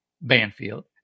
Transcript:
Banfield